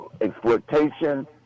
Exploitation